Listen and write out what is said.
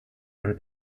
and